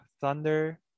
thunder